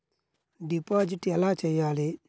Deposit ఎలా చెయ్యాలి?